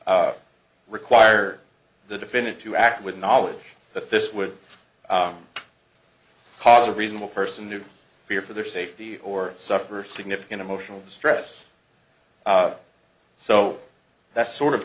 to require the defendant to act with knowledge that this would cause a reasonable person do fear for their safety or suffer significant emotional distress so that's sort of